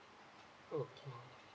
okay